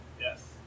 Yes